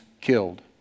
killed